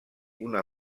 una